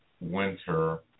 winter